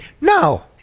No